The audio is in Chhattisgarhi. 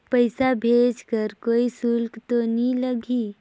पइसा भेज कर कोई शुल्क तो नी लगही?